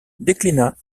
déclina